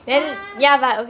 !huh!